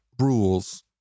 rules